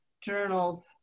journals